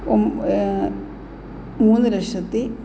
മൂന്ന് ലക്ഷത്തി